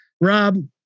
Rob